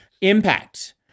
Impact